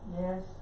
Yes